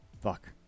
Fuck